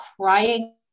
crying